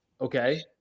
Okay